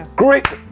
great